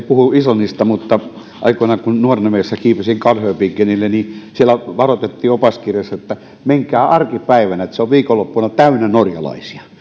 puhu islannista mutta aikoinaan kun nuorena miehenä kiipesin galdhöpiggenille niin siellä varoitettiin opaskirjassa että menkää arkipäivänä koska se on viikonloppuna täynnä norjalaisia